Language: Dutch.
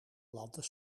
landen